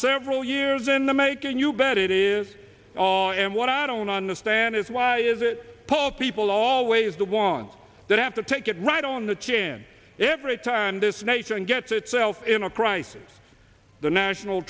several years in the making you bet it is on and what i don't understand is why is it pulled people always the ones that have to take it right on the chance every time this nature and gets itself in a crisis the national